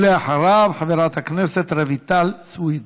ואחריו, חברת הכנסת רויטל סויד.